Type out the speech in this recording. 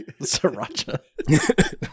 Sriracha